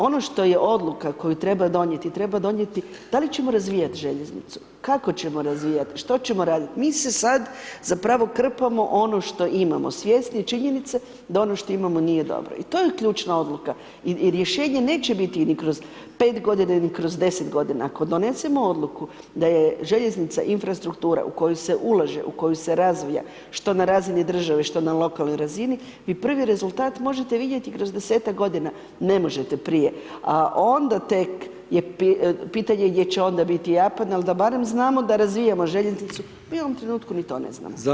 Ono što je odluka koju treba donijeti, treba donijeti da li ćemo razvijati željeznicu, kako ćemo razvijati, što ćemo raditi, mi se sad zapravo krpamo ono što imamo, svjesni činjenice da ono što imamo nije dobro i to ključna odluka i rješenje niti biti ni kroz 5 godina ni kroz 10 godina, ako donesemo odluku da je željeznica infrastruktura u koju se ulaže, u koju se razvija što na razini države, što na lokalnoj razini i prvi rezultat možete vidjeti kroz 10-ak godine, ne možete prije a onda tek je pitanje gdje će onda ... ali da barem znamo da razvijamo željeznicu, u jednom trenutku ni to ne znamo.